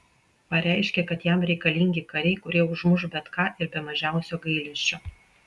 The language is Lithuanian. pareiškė kad jam reikalingi kariai kurie užmuš bet ką ir be mažiausio gailesčio